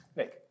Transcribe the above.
nick